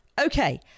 Okay